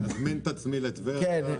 אני מזמין את עצמי לטבריה.